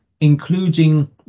including